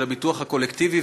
של הביטוח הקולקטיבי,